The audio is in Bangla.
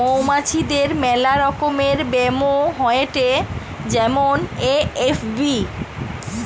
মৌমাছিদের মেলা রকমের ব্যামো হয়েটে যেমন এ.এফ.বি